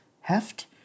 heft